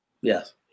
Yes